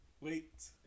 wait